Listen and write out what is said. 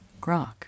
grok